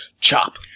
chop